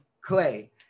clay